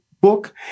book